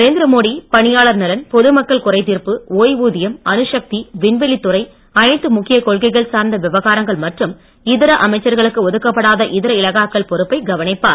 நரேந்திரமோடி பணியாளர் நலன் பொதுமக்கள் குறைத்தீர்ப்பு ஓய்வூதியம் அணுசக்தி விண்வெளித்துறை அனைத்து கொள்கைகள் சார்ந்த விவகாரங்கள் மற்றும் முக்கிய இதர அமைச்சர்களுக்கு ஒதுக்கப்படாத இதர இலாக்காக்கள் பொறுப்பை கவனிப்பார்